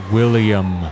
William